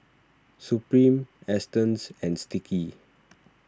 Supreme Astons and Sticky